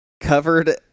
covered